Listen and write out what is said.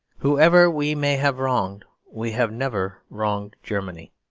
whoever we may have wronged, we have never wronged germany.